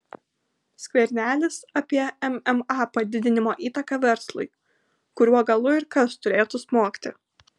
skvernelis apie mma padidinimo įtaką verslui kuriuo galu ir kas turėtų smogti